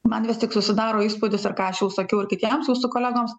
man vis tik susidaro įspūdis ir ką aš jau sakiau ir kitiems jūsų kolegoms